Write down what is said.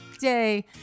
Day